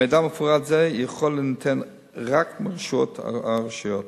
מידע מפורט זה יכול להינתן רק ברשות הרשויות.